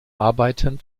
arbeiten